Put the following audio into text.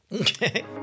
Okay